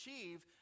achieve